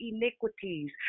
iniquities